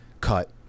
cut